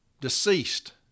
deceased